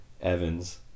Evans